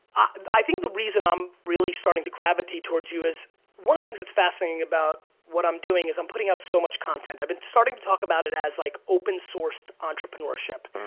i think the reason i'm really starting to gravitate towards you is one of the things that's fascinating about what i'm doing is i'm putting out so much content. i've been starting to talk about it as like open sourced entrepreneurship.